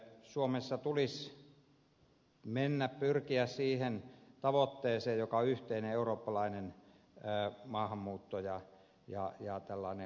suomessa tulisi pyrkiä siihen tavoitteeseen joka on yhteinen eurooppalainen maahanmuutto ja ulkomaalaispolitiikka